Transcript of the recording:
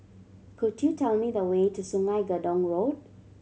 could you tell me the way to Sungei Gedong Road